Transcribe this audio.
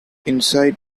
inside